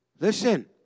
Listen